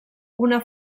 una